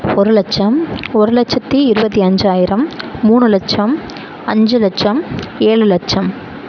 ஒரு லட்சம் ஒரு லட்சத்தி இருபத்தி அஞ்சாயிரம் மூணு லட்சம் அஞ்சு லட்சம் ஏழு லட்சம்